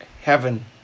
Heaven